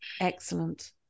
Excellent